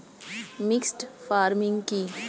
Mixed farming কি?